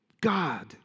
God